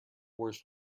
worst